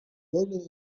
wonen